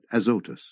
Azotus